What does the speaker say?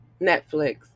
Netflix